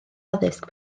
addysg